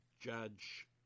Judge